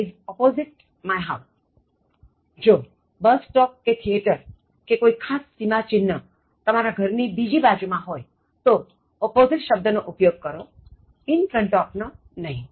તો જો bus stop કે થિયેટર કે કોઇ ખાસ સીમાચિન્હ તમારા ઘર ની બીજી બાજુમાં હોય તો opposite શબ્દ નો ઉપયોગ કરો in front of નો નહીં